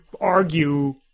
argue